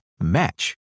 match